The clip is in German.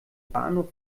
bahnhof